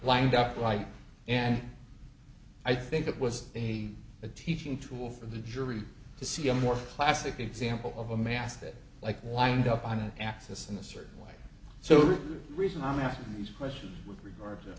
lined up like and i think it was a a teaching tool for the jury to see a more classic example of a mascot like wind up on an axis in a certain way so reason i'm asking these questions with regard to